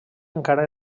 encara